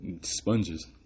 Sponges